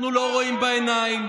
אנחנו לא רואים בעיניים.